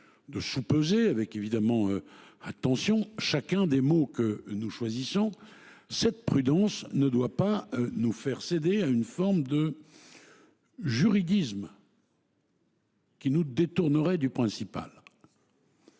de soupeser avec attention chacun des mots que nous choisissons, cette prudence ne doit pas nous faire céder à une forme de juridisme qui nous détournerait du principal.